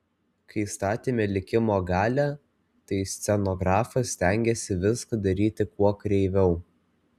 kai statėme likimo galią tai scenografas stengėsi viską daryti kuo kreiviau